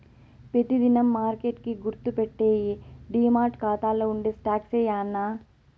పెతి దినం మార్కెట్ కి గుర్తుపెట్టేయ్యి డీమార్ట్ కాతాల్ల ఉండే స్టాక్సే యాన్నా